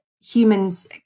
humans